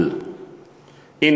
כל אחד רוצה להראות, יודע ערבית.